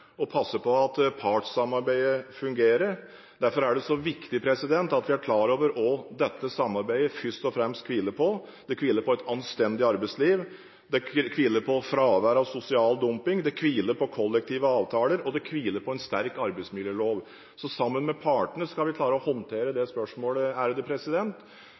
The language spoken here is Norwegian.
viktig at vi er klar over hva dette samarbeidet først og fremst hviler på. Det hviler på et anstendig arbeidsliv. Det hviler på fravær av sosial dumping. Det hviler på kollektive avtaler. Og det hviler på en sterk arbeidsmiljølov. Så sammen med partene skal vi klare å håndtere